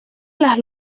las